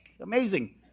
Amazing